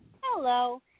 Hello